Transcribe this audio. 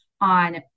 on